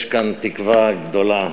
יש כאן תקווה גדולה